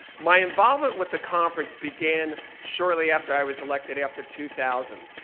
my involvement with the conference began shortly after i was elected after two thousand.